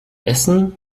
essen